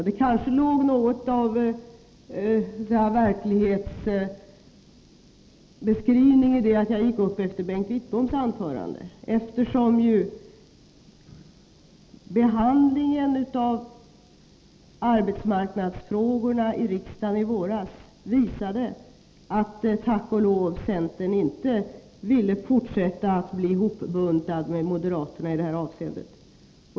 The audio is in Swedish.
Det kanske återspeglade något av verkligheten att jag gick upp efter Bengt Wittboms anförande, eftersom behandlingen av arbetsmarknadsfrågorna i riksdagen i våras visade att centern tack och lov inte ville fortsätta att bli hopbuntad med moderaterna i detta avseende.